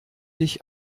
dich